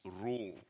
rule